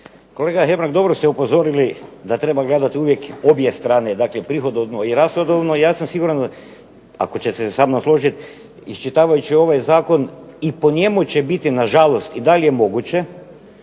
Kolega Hebrang, dobro ste upozorili da treba gledati uvijek obje strane, dakle prihodovnu i rashodovnu. I ja sam siguran, ako ćete se sa mnom složit, iščitavajući ovaj zakon i po njemu će biti nažalost i da li je moguće